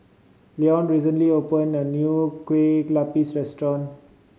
Leone recently opened a new Kueh Lupis restaurant